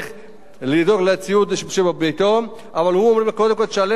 אבל אומרים לו: קודם כול תשלם על הסיוע שקיבלת ממערך הכבאות.